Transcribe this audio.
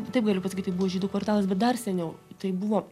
taip galiu pasakyti buvo žydų kvartalas bet dar seniau tai buvo